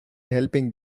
helping